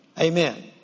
Amen